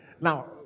Now